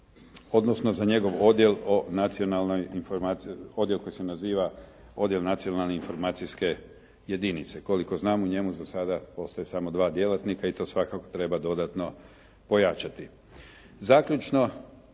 odnosno za njegov odjel koji se naziva Odjel nacionalne informacijske jedinice. Koliko znam u njemu za sada postoje samo dva djelatnika i to svakako treba dodatno pojačati. Zaključno,